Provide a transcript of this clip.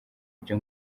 ibyo